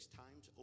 times